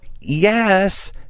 yes